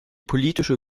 politische